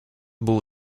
był